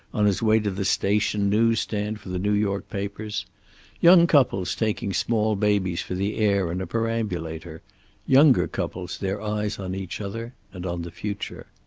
on his way to the station news stand for the new york papers young couples taking small babies for the air in a perambulator younger couples, their eyes on each other and on the future.